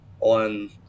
on